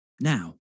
Now